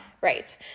Right